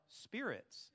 spirits